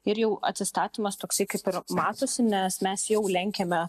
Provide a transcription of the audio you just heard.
ir jau atsistatymas toksai kaip matosi nes mes jau lenkiame